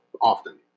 often